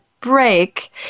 break